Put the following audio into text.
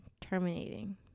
terminating